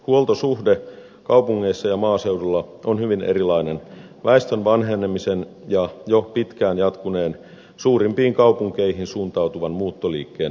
huoltosuhde kaupungeissa ja maaseudulla on hyvin erilainen väestön vanhenemisen ja jo pitkään jatkuneen suurimpiin kaupunkeihin suuntautuvan muuttoliikkeen vuoksi